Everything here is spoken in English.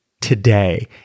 today